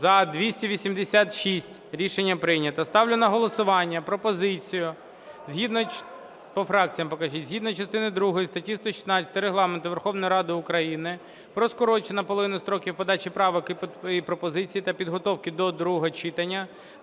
За-317 Рішення прийнято. Ставлю на голосування пропозицію згідно частини другої статті 116 Регламенту Верховної Ради України про скорочення наполовину строків подачі правок та пропозицій та підготовки до другого читання